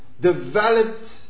developed